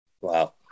Wow